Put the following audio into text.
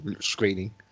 screening